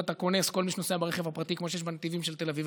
וקונס כל מי שנוסע ברכב הפרטי כמו שיש בנתיבים של תל אביב,